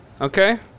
Okay